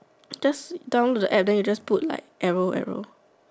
just download the App then you just put like arrow arrow